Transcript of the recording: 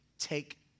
Take